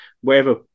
wherever